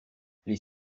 les